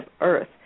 Earth